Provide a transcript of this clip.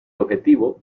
objetivo